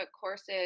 courses